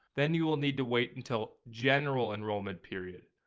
then you will need to wait until general enrollment period.